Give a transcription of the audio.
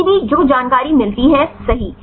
PDB जो जानकारी मिलती है सही